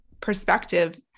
perspective